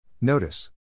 Notice